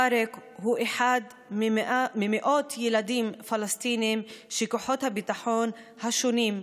טארק הוא אחד ממאות ילדים פלסטינים שכוחות הביטחון השונים,